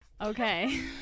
Okay